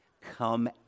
come